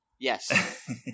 Yes